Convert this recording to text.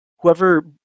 whoever